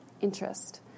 interest